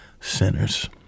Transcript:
sinners